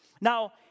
Now